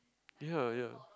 ya ya